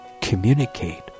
communicate